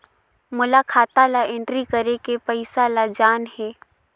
मोला खाता ला एंट्री करेके पइसा ला जान हे?